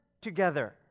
together